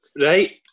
Right